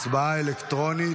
הצבעה אלקטרונית.